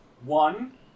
One